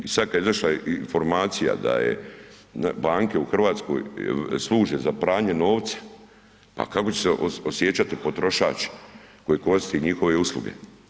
I sada kada je došla informacija da banke u Hrvatskoj služe za pranje novca, pa kako će se osjećati potrošač koji koristi njihove usluge.